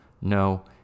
no